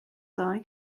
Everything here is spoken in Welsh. ddoe